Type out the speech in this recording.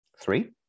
Three